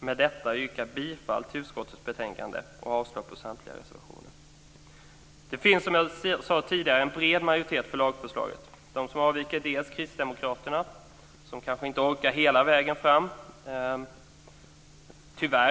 med detta yrka bifall till hemställan i utskottets betänkande och avslag på samtliga reservationer. Det finns som jag sade tidigare en bred majoritet för lagförslaget. De som avviker är delvis Kristdemokraterna, som kanske inte har orkat hela vägen fram, tyvärr.